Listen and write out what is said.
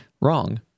wrong